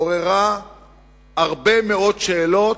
עוררה הרבה מאוד שאלות: